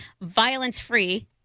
violence-free